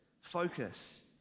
focus